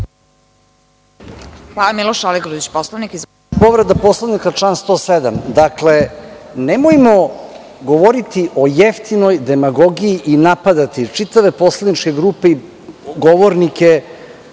**Miloš Aligrudić** Povreda Poslovnika, član 107.Dakle, nemojmo govoriti o jeftinoj demagogiji i napadati čitave poslaničke grupe i govornike